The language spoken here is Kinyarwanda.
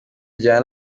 ajyana